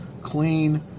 clean